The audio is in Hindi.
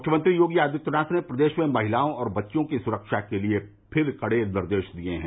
मुख्यमंत्री योगी आदित्यनाथ ने प्रदेश में महिलाओं और बच्चियों की सुरक्षा के लिए फिर कड़े निर्देश दिये हैं